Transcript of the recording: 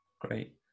great